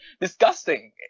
disgusting